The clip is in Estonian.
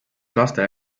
lastele